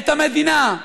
את המדינה.